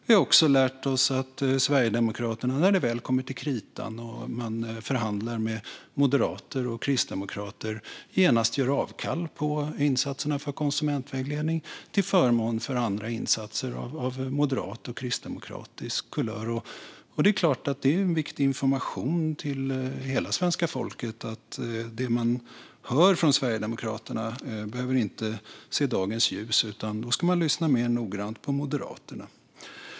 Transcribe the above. Vi har också lärt oss att Sverigedemokraterna när det väl kommer till kritan och de förhandlar med moderater och kristdemokrater genast gör avkall på insatserna för konsumentvägledning till förmån för andra insatser av moderat och kristdemokratisk kulör. Det är klart att detta är viktig information till hela svenska folket: Det man hör från Sverigedemokraterna behöver inte se dagens ljus, utan man ska lyssna mer noggrant på Moderaterna.